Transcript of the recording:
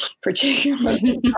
particularly